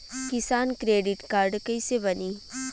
किसान credit card कइसे बानी?